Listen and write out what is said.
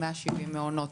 170 מעונות.